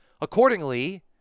Accordingly